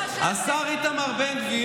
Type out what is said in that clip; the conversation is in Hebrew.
חברת הכנסת שיר.